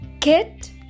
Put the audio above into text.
kit